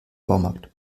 baumarkt